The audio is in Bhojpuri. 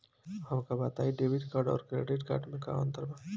हमका बताई डेबिट कार्ड और क्रेडिट कार्ड में का अंतर बा?